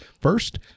First